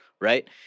right